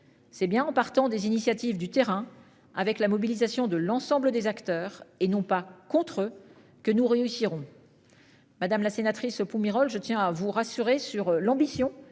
C'est bien en partant des initiatives du terrain avec la mobilisation de l'ensemble des acteurs et non pas contre eux que nous réussirons.-- Madame la sénatrice Pumerole. Je tiens à vous rassurer sur l'ambition